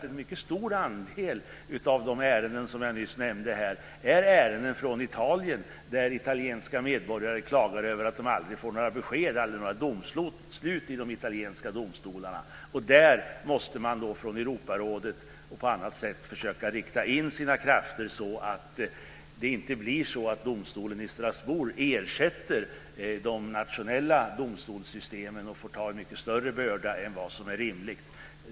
En mycket stor andel av de ärenden som jag nyss nämnde är ärenden från Italien där italienska medborgare klagar över att de aldrig får några besked och aldrig några domslut i de italienska domstolarna. Europarådet måste försöka rikta in sina krafter så att det inte blir så att domstolen i Strasbourg ersätter de nationella domstolssystemen och får ta en mycket större börda än vad som är rimligt.